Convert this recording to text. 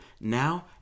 now